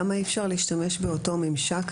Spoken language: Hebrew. למה אי-אפשר להשתמש באותו ממשק,